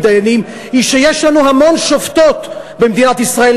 דיינים הוא שיש לנו המון שופטות במדינת ישראל,